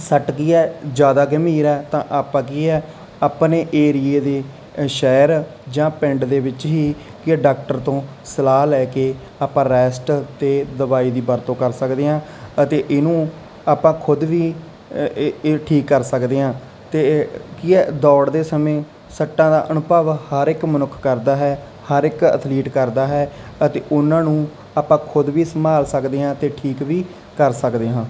ਸੱਟ ਕੀ ਹੈ ਜ਼ਿਆਦਾ ਗੰਭੀਰ ਹੈ ਤਾਂ ਆਪਾਂ ਕੀ ਹੈ ਆਪਣੇ ਏਰੀਏ ਦੇ ਸ਼ਹਿਰ ਜਾਂ ਪਿੰਡ ਦੇ ਵਿੱਚ ਹੀ ਕੀ ਆ ਡਾਕਟਰ ਤੋਂ ਸਲਾਹ ਲੈ ਕੇ ਆਪਾਂ ਰੈਸਟ ਅਤੇ ਦਵਾਈ ਦੀ ਵਰਤੋਂ ਕਰ ਸਕਦੇ ਹਾਂ ਅਤੇ ਇਹਨੂੰ ਆਪਾਂ ਖੁਦ ਵੀ ਅ ਇ ਇ ਠੀਕ ਕਰ ਸਕਦੇ ਹਾਂ ਅਤੇ ਕੀ ਆ ਦੌੜਦੇ ਸਮੇਂ ਸੱਟਾਂ ਦਾ ਅਨੁਭਵ ਹਰ ਇੱਕ ਮਨੁੱਖ ਕਰਦਾ ਹੈ ਹਰ ਇੱਕ ਅਥਲੀਟ ਕਰਦਾ ਹੈ ਅਤੇ ਉਹਨਾਂ ਨੂੰ ਆਪਾਂ ਖੁਦ ਵੀ ਸੰਭਾਲ ਸਕਦੇ ਹਾਂ ਅਤੇ ਠੀਕ ਵੀ ਕਰ ਸਕਦੇ ਹਾਂ